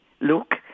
look